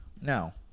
Now